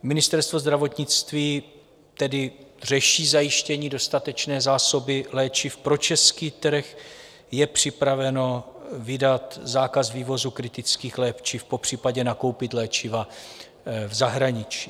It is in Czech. Ministerstvo zdravotnictví tedy řeší zajištění dostatečné zásoby léčiv pro český trh, je připraveno vydat zákaz vývozu kritických léčiv, popřípadě nakoupit léčiva v zahraničí.